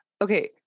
okay